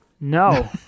No